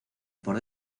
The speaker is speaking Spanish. por